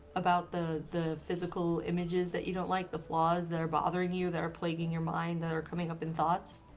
about the the physical images that you don't like, the flaws that are bothering you, that are plaguing your mind, that are coming up in thoughts,